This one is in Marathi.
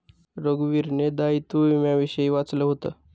रघुवीरने दायित्व विम्याविषयी वाचलं होतं